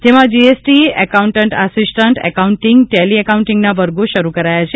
જેમાં GST accountant assistant accounting tally એકાઉન્ટીંગના વર્ગો શરૂ કરાયા છે